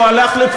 יקבעו,